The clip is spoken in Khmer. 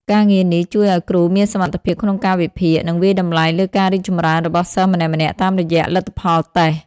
ការងារនេះជួយឱ្យគ្រូមានសមត្ថភាពក្នុងការវិភាគ និងវាយតម្លៃលើការរីកចម្រើនរបស់សិស្សម្នាក់ៗតាមរយៈលទ្ធផលតេស្ត។